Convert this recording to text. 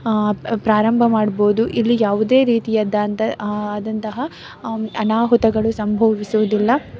ಪ್ರಾರಂಭ ಮಾಡ್ಬೋದು ಇಲ್ಲಿ ಯಾವುದೇ ರೀತಿಯಾದಂಥ ಆದಂತಹ ಅನಾಹುತಗಳು ಸಂಭವಿಸುವುದಿಲ್ಲ